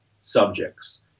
subjects